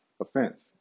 offense